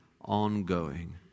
ongoing